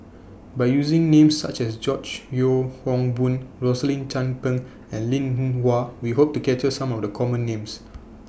By using Names such as George Yeo Yong Boon Rosaline Chan Pang and Linn in Hua We Hope to capture Some of The Common Names